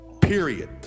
Period